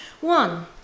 One